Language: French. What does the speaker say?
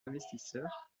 investisseurs